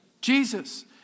Jesus